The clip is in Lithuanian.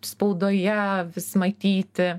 spaudoje vis matyti